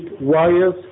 wires